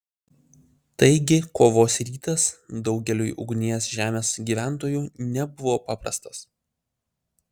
taigi kovos rytas daugeliui ugnies žemės gyventojų nebuvo paprastas